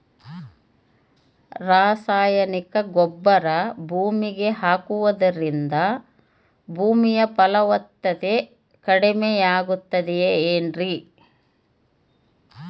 ರಾಸಾಯನಿಕ ಗೊಬ್ಬರ ಭೂಮಿಗೆ ಹಾಕುವುದರಿಂದ ಭೂಮಿಯ ಫಲವತ್ತತೆ ಕಡಿಮೆಯಾಗುತ್ತದೆ ಏನ್ರಿ?